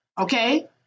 Okay